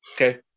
Okay